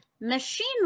Machine